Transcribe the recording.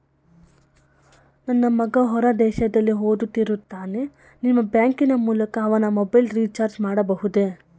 ನನ್ನ ಮಗ ಹೊರ ದೇಶದಲ್ಲಿ ಓದುತ್ತಿರುತ್ತಾನೆ ನಿಮ್ಮ ಬ್ಯಾಂಕಿನ ಮೂಲಕ ಅವನ ಮೊಬೈಲ್ ರಿಚಾರ್ಜ್ ಮಾಡಬಹುದೇ?